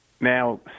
Now